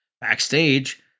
Backstage